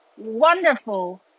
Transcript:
wonderful